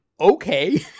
okay